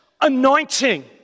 anointing